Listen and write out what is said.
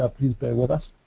ah please bear with us.